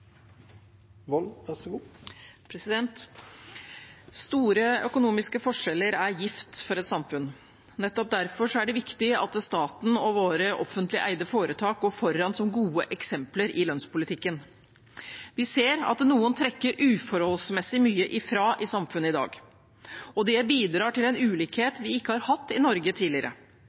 gift for et samfunn. Nettopp derfor er det viktig at staten og våre offentlig eide foretak går foran som gode eksempler i lønnspolitikken. Vi ser at noen trekker uforholdsmessig mye ifra i samfunnet i dag, og det bidrar til en ulikhet vi ikke har hatt i Norge tidligere.